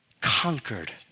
conquered